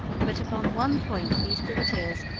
but upon one point these privateers,